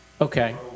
Okay